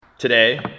Today